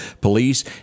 Police